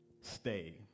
stay